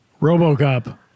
Robocop